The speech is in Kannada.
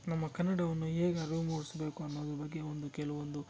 ನಮ್ಮ ಕನ್ನಡವನ್ನು ಹೇಗ್ ಅರಿವು ಮೂಡಿಸ್ಬೇಕು ಅನ್ನೋದ್ರ ಬಗ್ಗೆ ಒಂದು ಕೆಲವೊಂದು